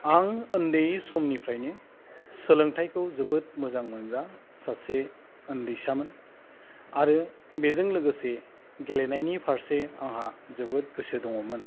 आं उन्दै समनिफ्रायनो सोलोंथाइखौ जोबोद मोजां मोनग्रा सासे उन्दैसामोन आरो बेजों लोगोसे गेलेनायनि फारसे आंहा जोबोद गोसो दङमोन